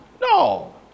No